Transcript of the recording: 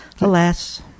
Alas